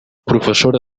professora